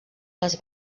les